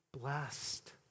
blessed